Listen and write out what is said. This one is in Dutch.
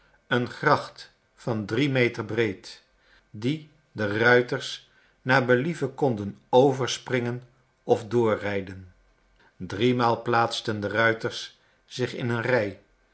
een gracht van drie meter breed die de ruiters naar believen konden overspringen of doorrijden driemaal plaatsten de ruiters zich in een rij